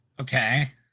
Okay